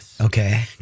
Okay